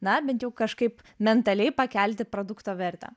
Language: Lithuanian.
na bent jau kažkaip mentaliai pakelti produkto vertę